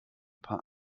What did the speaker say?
paar